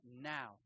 Now